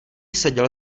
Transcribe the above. seděl